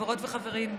חברות וחברים,